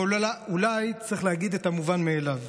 אבל אולי צריך להגיד את המובן מאליו: